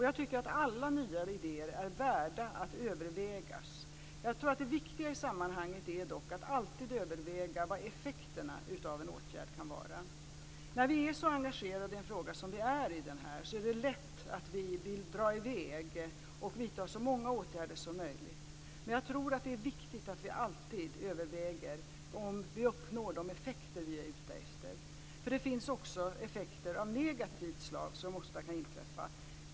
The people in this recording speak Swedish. Jag tycker att alla nya idéer är värda att övervägas. Jag tror att det viktiga i sammanhanget dock är att alltid överväga vad effekterna av en åtgärd kan vara. När vi är så engagerade i en fråga som vi är i denna är det lätt att vi vill dra i väg och vidta så många åtgärder som möjligt. Men jag tror att det är viktigt att vi alltid överväger om vi uppnår de effekter som vi är ute efter, eftersom det också finns effekter av negativt slag som kan inträffa.